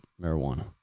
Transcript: marijuana